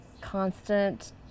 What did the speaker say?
constant